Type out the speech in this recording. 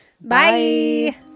Bye